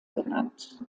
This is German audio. genannt